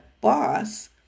boss